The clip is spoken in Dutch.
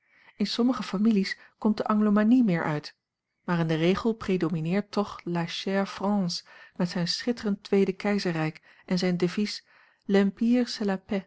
in sommige families komt de anglomanie meer uit maar in den regel predomineert toch la chère france met zijn schitterend tweede keizerrijk en zijn devies